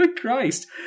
Christ